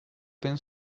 open